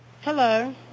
Hello